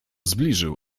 zbliżył